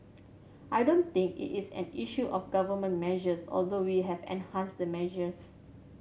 I don't think it is an issue of Government measures although we have enhanced the measures